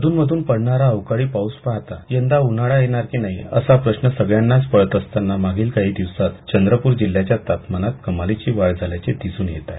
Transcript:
अध्रूनमधून पडणारा अवकाळी पाऊस पाहता यंदा उन्हाळा येणार की नाही असा प्रश्न सगळ्यांनाच पडत असताना मागील काही दिवसात चंद्रपूर जिल्ह्याच्या तापमानात कमालीची वाढ झाल्याची दिसून येत आहे